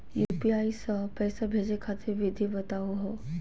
UPI स पैसा भेजै खातिर विधि बताहु हो?